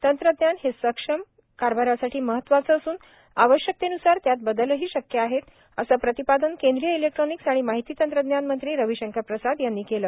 तंत्रज्ञान हे सर्वात सक्षम कारभरासाठी महत्वाच असून आवश्यकते न्सार त्यात बदल ही शक्य आहे असं प्रतिपादन केंद्रीय इलेक्ट्रानिक्स आणि माहिती तंत्रज्ञान मंत्री रवीशंकर प्रसाद यांनी केलं